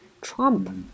Trump